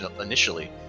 initially